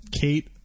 Kate